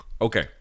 okay